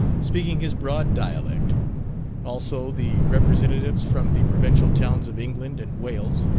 speaking his broad dialect also the representatives from the provincial towns of england and wales,